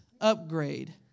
Upgrade